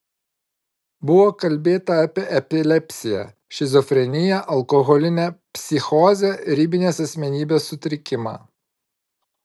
buvo kalbėta apie epilepsiją šizofreniją alkoholinę psichozę ribinės asmenybės sutrikimą